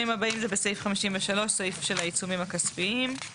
זה בעצם הנוסח שהייעוץ המשפטי הקריא לוועדה,